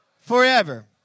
forever